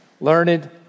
learned